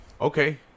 Okay